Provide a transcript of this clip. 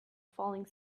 falling